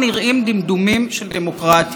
זה לא קורה בבת אחת, זה קורה בהדרגה.